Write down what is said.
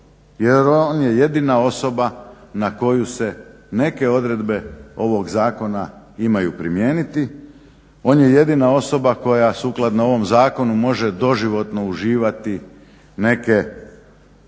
jer on je jedina osoba na koju se neke odredbe ovog zakona imaju primijeniti. On je jedina osoba koja sukladno ovom zakonu može doživotno uživati neke ako